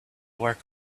work